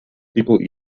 people